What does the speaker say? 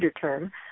term